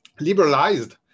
liberalized